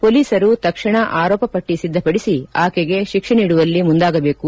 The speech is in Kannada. ಪೋಲೀಸರು ತಕ್ಷಣ ಆರೋಪ ಪಟ್ಟ ಸಿದ್ದಪಡಿಸಿ ಆಕೆಗೆ ಶಿಕ್ಷೆ ನೀಡುವಲ್ಲಿ ಮುಂದಾಗಬೇಕು